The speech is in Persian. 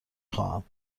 خواهم